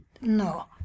No